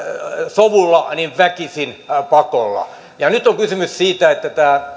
sovulla niin väkisin pakolla ja nyt on kysymys siitä että tämä